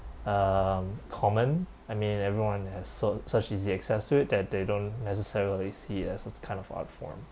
um common I mean everyone has so such easy access to it that they don't necessarily see it as a kind of art form